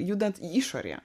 judant į išorėje